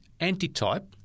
antitype